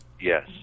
yes